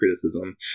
criticism